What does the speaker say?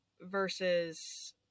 versus